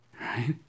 right